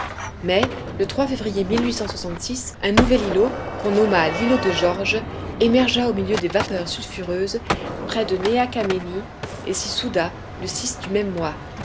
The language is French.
mais le février un nouvel îlot qu'on nomma l'îlot de george émergea au milieu des vapeurs sulfureuses près de néa kamenni et s'y souda le du même mois